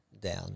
down